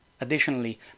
Additionally